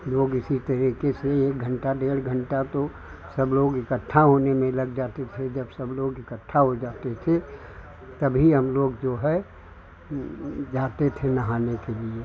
हम लोग इसी तरीके से एक घंटा डेढ़ घंटा तो सब लोग इक्कठा होने में लग जाते थे जब सब लोग इकट्ठा हो जाते थे तभी हम लोग जो है जाते थे नहाने के लिए